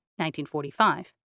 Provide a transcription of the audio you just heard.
1945